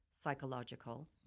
psychological